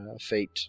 Fate